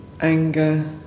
anger